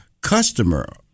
customer